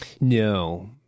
No